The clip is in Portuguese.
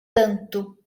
tanto